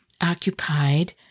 occupied